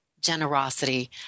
generosity